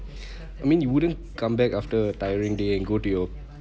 I mean you wouldn't come back after a tiring day and go to your